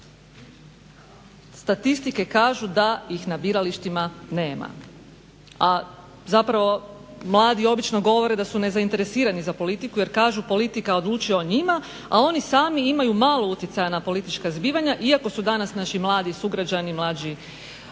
statistike kažu da ih na biralištima nema. A zapravo mladi obično govore da su nezainteresirani za politiku jer kažu politika odlučuje o njima a oni sami imaju malo utjecaja na politička zbivanja iako su danas naši mladi sugrađani, mlađi